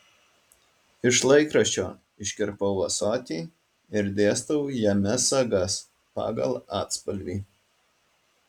iš laikraščio iškirpau ąsotį ir dėstau jame sagas pagal atspalvį